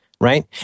right